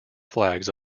flags